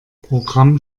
programm